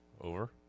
Over